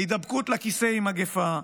ההידבקות לכיסא היא מגפה.